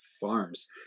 farms